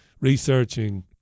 researching